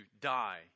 die